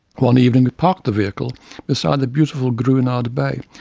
one evening, we parked the vehicle beside the beautiful gruinard bay,